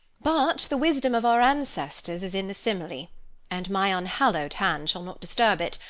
but the wisdom of our ancestors is in the simile and my unhallowed hands shall not disturb it,